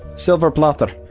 silver platter,